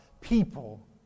people